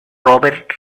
robert